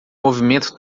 movimento